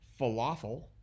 falafel